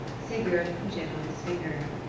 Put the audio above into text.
sigurd put it on his finger.